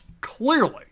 Clearly